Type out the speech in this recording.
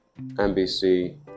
NBC